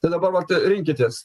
tai dabar vat rinkitės